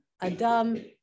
adam